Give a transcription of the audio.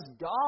God